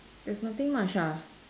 there's nothing much ah